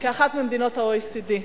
לאחת ממדינות ה-OECD.